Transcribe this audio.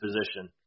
position